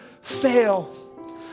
fail